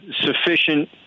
sufficient